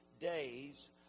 days